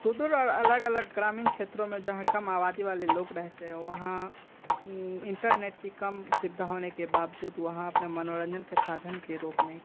सुदूर और अलग अलग ग्रामीण क्षेत्रों में जहाँ कम आबादी वाले लोग रहते हैं वहाँ इंटरनेट की कम सुविधा होने के बावजूद वहाँ अपना मनोरंजन के साधन के रूप में